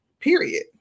period